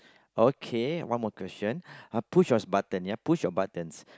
okay one more question uh push your button ya push your buttons